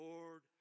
Lord